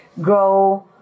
grow